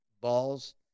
balls